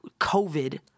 COVID